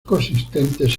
consistentes